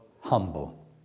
humble